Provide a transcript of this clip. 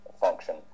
function